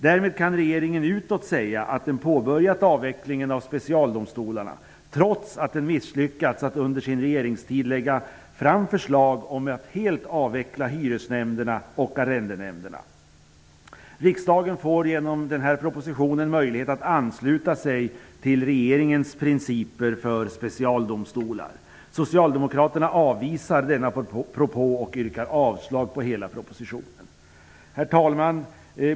Därmed kan regeringen utåt säga att den påbörjat avvecklingen av specialdomstolarna, trots att den misslyckats att under sin regeringstid lägga fram förslag om att helt avveckla hyresnämnderna och arrendenämnderna. Riksdagen får genom denna proposition möjlighet att ansluta sig till regeringens principer för specialdomstolar. Socialdemokraterna avvisar denna propå och yrkar avslag på hela propositionen. Herr talman!